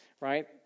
Right